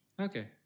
Okay